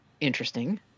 Interesting